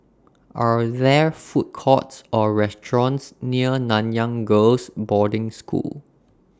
Are There Food Courts Or restaurants near Nanyang Girls' Boarding School